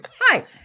Hi